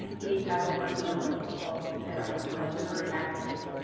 e. ethelbert miller, who calls said, i'm and a literary activist.